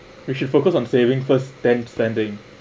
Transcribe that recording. you should focus on saving first then spending